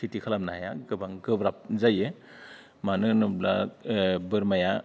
खेथि खालामनो हाया गोबां गोब्राब जायो मानोहोनोब्ला बोरमाया